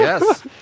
Yes